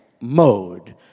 mode